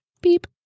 Beep